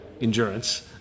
endurance